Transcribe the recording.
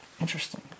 Interesting